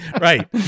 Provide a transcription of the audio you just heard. Right